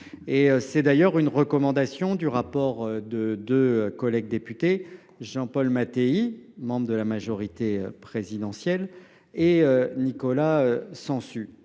C’est d’ailleurs l’une des recommandations du rapport des deux députés, Jean Paul Mattei – membre de la majorité présidentielle – et Nicolas Sansu.